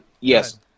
yes